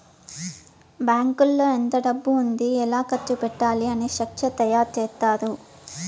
బ్యాంకులో ఎంత డబ్బు ఉంది ఎలా ఖర్చు పెట్టాలి అని స్ట్రక్చర్ తయారు చేత్తారు